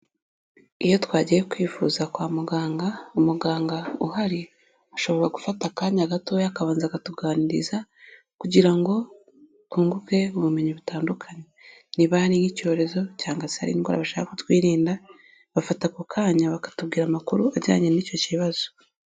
Iyo twagiye kwifuza kwa muganga, umuganga uhari ashobora gufata akanya gatoya akabanza akatuganiriza, kugira ngo twunguke ubumenyi butandukanye, niba hari nk'icyorezo cyangwa se ari indwara bashaka ko twirinda bafata ako kanya bakatubwira amakuru ajyanye n'icyo kibazo.